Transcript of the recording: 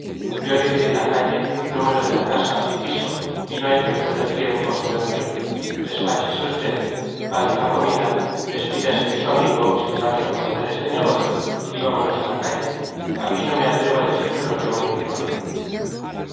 yo le diré la calle número de la casa y piso y no hay que perder tiempo señor mío despáchese usted pague la comida despídase de su amigo sin darle a conocer este negocio y vámonos a la calle aquí no me atrevo a decirle lo que aún ignora